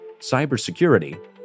cybersecurity